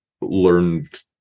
learned